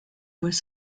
voient